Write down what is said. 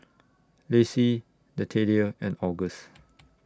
Lacie Nathaniel and August